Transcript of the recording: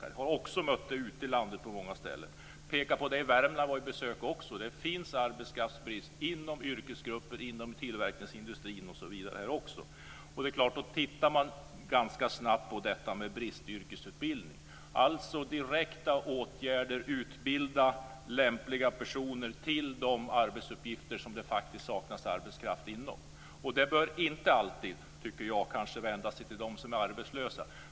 Jag har också mött det ute i landet på många ställen, bl.a. när jag besökt Värmland. Det finns arbetskraftsbrist inom yrkesgrupper, inom tillverkningsindustrin osv. Då tittar man ganska snabbt på bristyrkesutbildning, alltså direkta åtgärder. Man utbildar lämpliga personer till de arbetsuppgifter som det faktiskt saknas arbetskraft till. Man bör inte alltid, tycker jag, vända sig till dem som är arbetslösa.